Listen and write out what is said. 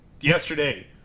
yesterday